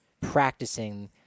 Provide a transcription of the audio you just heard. practicing